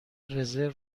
رزرو